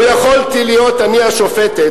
לו יכולתי להיות אני השופטת,